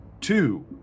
Two